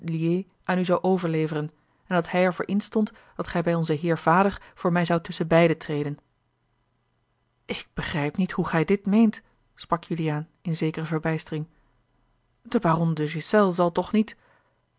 aan u zou overleveren en dat hij er voor instond dat gij bij onzen heer vader voor mij zoudt tusschenbeide treden ik begrijp niet hoe gij dit meent sprak juliaan in zekere verbijstering de baron de ghiselles zal toch niet